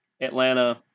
Atlanta